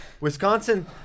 Wisconsin